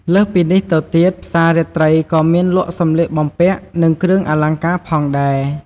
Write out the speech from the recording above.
លើសពីនេះទៅទៀតផ្សាររាត្រីក៏មានលក់សម្លៀកបំពាក់និងគ្រឿងអលង្ការផងដែរ។